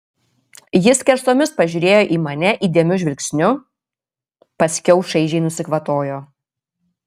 ji skersomis pažiūrėjo į mane įdėmiu žvilgsniu paskiau šaižiai nusikvatojo